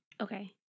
Okay